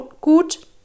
gut